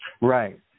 Right